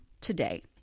today